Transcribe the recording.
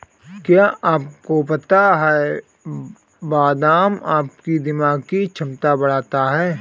क्या आपको पता है बादाम आपकी दिमागी क्षमता बढ़ाता है?